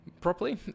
properly